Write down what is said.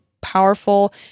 powerful